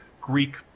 Greek